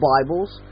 Bibles